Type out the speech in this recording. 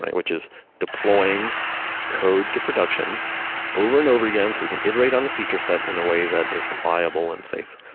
which is deploying code to production over and over again, so we can iterate on the feature set in a way that is viable and safe?